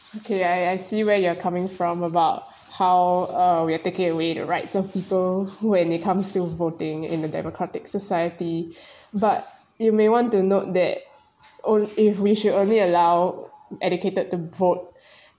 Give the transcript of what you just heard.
okay I I see where you're coming from about how uh we are taking away the rights of people when it come to voting in a democratic society but you may want to note that on~ if we should only allow educated to vote